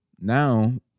now